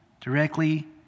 directly